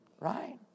Right